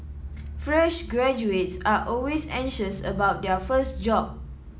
fresh graduates are always anxious about their first job